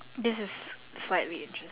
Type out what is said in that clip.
this is slightly interest